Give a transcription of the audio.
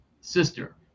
sister